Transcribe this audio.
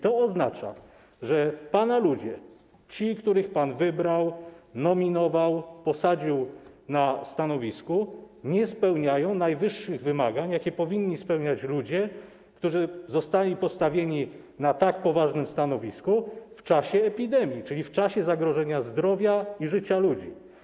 To oznacza, że pana ludzie - ci, których pan wybrał, nominował, postawił na stanowisku - nie spełniają najwyższych wymagań, jakie powinni spełniać ludzie, którzy zostali postawieni na tak poważnym stanowisku, w czasie epidemii, czyli w czasie zagrożenia zdrowia i życia ludzi.